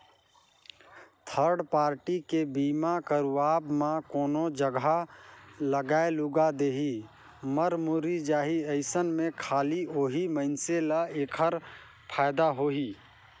third party के बीमा करवाब म कोनो जघा लागय लूगा देही, मर मुर्री जाही अइसन में खाली ओही मइनसे ल ऐखर फायदा होही